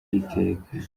iteka